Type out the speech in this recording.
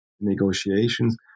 negotiations